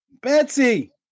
Betsy